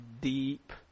deep